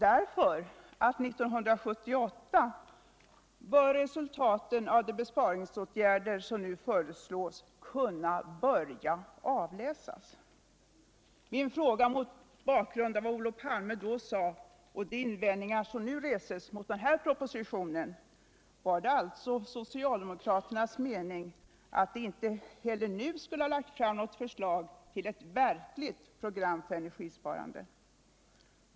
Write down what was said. Det berodde på att ”år 1978 bör resultaten av de besparingsåtgärder som nu föreslås kunna börja avläsas”. Min fråga mot bakgrund av vad Olof Palme då sade och de invändningar som nu reses mot den här propositionen är: Var det alltså socialdemokra 61 ternas mening att vi inte heller nu skulle ha lagt fram något förslag till ot verkligt program för energisparande?